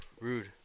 rude